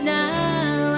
now